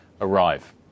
arrive